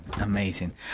amazing